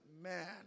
man